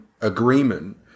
agreement